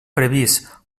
previst